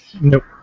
Nope